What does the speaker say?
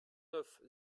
neuf